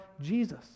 Jesus